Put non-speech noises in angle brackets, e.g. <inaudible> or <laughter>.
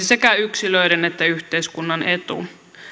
<unintelligible> sekä yksilöiden että yhteiskunnan etu